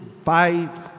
five